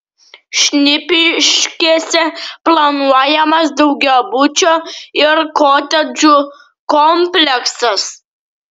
šnipiškėse planuojamas daugiabučio ir kotedžų kompleksas